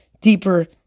deeper